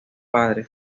padre